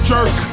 Jerk